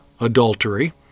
adultery